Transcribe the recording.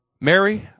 Mary